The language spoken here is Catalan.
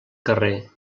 carrer